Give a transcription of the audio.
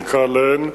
נקרא להן,